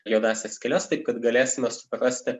juodąsias skyles taip kad galėsime suprasti